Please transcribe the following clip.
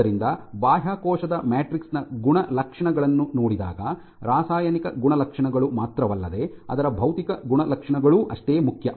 ಆದ್ದರಿಂದ ಬಾಹ್ಯಕೋಶದ ಮ್ಯಾಟ್ರಿಕ್ಸ್ ನ ಗುಣಲಕ್ಷಣಗಳನ್ನು ನೋಡಿದಾಗ ರಾಸಾಯನಿಕ ಗುಣಲಕ್ಷಣಗಳು ಮಾತ್ರವಲ್ಲದೆ ಅದರ ಭೌತಿಕ ಗುಣಲಕ್ಷಣಗಳೂ ಅಷ್ಟೇ ಮುಖ್ಯ